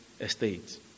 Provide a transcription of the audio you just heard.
estate